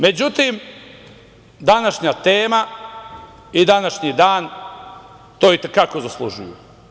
Međutim, današnja tema i današnji dan, to i te kako zaslužuju.